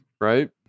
Right